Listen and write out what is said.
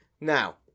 Now